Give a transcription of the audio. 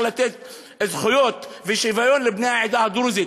לתת זכויות ושוויון לבני העדה הדרוזית.